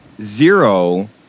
Zero